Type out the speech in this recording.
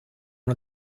una